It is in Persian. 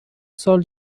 سال